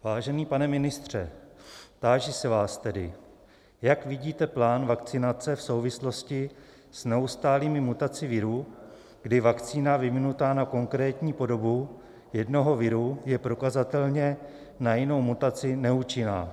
Vážený pane ministře, táži se vás tedy: Jak vidíte plán vakcinace v souvislosti s neustálými mutacemi viru, kdy vakcína vyvinutá na konkrétní podobu jednoho viru je prokazatelně na jinou mutaci neúčinná?